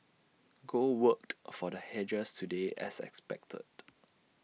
gold worked for the hedgers today as expected